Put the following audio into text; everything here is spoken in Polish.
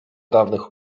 dawnych